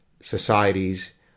societies